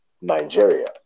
Nigeria